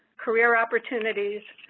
career opportunities,